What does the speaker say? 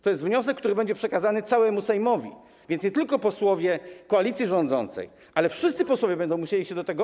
To jest wniosek, który będzie przekazany całemu Sejmowi, więc nie tylko posłowie koalicji rządzącej, ale i wszyscy posłowie będą musieli do tego się odnieść.